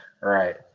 Right